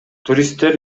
туристтер